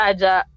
Aja